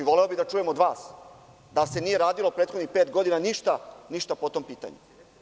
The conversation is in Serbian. Voleo bih da čujem od vas da se nije radilo prethodnih pet godina ništa po tom pitanju.